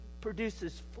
produces